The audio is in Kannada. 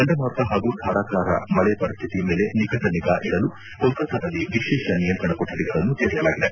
ಚಂಡಮಾರುತ ಹಾಗೂ ಧಾರಾಕಾರ ಮಳೆ ಪರಿಸ್ಡಿತಿಯ ಮೇಲೆ ನಿಕಟ ನಿಗಾ ಇದಲು ಕೋಲ್ಕತ್ತಾದಲ್ಲಿ ವಿಶೇಷ ನಿಯಂತ್ರಣ ಕೊಠಡಿಯನ್ನು ತೆರೆಯಲಾಗಿದೆ